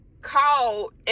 called